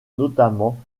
notamment